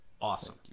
awesome